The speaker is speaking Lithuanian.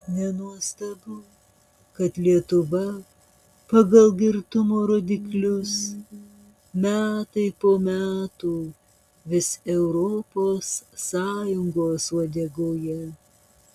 nenuostabu kad lietuva pagal girtumo rodiklius metai po metų vis europos sąjungos uodegoje